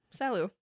Salu